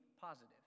positive